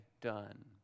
done